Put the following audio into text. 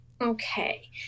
Okay